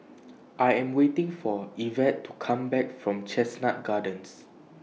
I Am waiting For Evette to Come Back from Chestnut Gardens